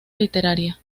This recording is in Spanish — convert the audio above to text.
literaria